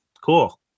cool